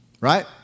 Right